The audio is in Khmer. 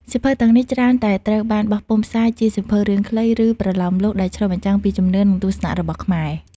សៀវភៅទាំងនេះច្រើនតែត្រូវបានបោះពុម្ពផ្សាយជាសៀវភៅរឿងខ្លី ឬប្រលោមលោកដែលឆ្លុះបញ្ចាំងពីជំនឿ និងទស្សនៈរបស់ខ្មែរ។